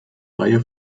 reihe